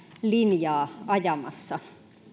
linjaa ajamassa